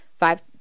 Five